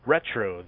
Retro